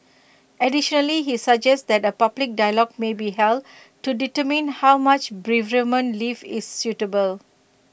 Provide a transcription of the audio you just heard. additionally he suggests that A public dialogue may be held to determine how much bereavement leave is suitable